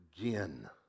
again